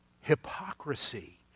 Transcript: hypocrisy